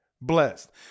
blessed